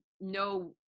no